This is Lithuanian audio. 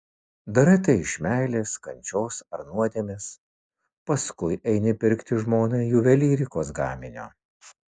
darai tai iš meilės kančios ar nuodėmės paskui eini pirkti žmonai juvelyrikos gaminio